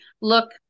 look